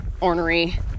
ornery